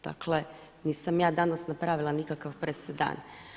Dakle nisam ja danas napravila nikakav presedan.